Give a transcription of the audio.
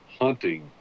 hunting